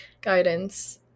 guidance